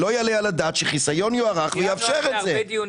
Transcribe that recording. הצעתו של חבר הכנסת יוראי להב הרצנו.